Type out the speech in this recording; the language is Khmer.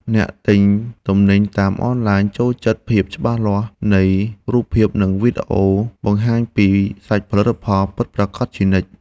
អ្នកទិញទំនិញតាមអនឡាញចូលចិត្តភាពច្បាស់លាស់នៃរូបភាព និងវីដេអូបង្ហាញពីសាច់ផលិតផលពិតប្រាកដជានិច្ច។